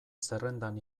zerrendan